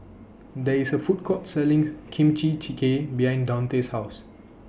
There IS A Food Court Selling Kimchi Jjigae behind Daunte's House